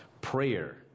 prayer